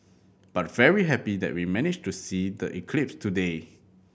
but very happy that we managed to see the eclipse today